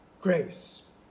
grace